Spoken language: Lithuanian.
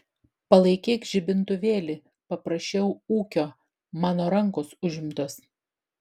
palaikyk žibintuvėlį paprašiau ūkio mano rankos užimtos